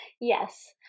yes